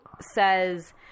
says